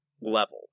level